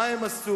מה הם עשו.